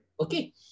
Okay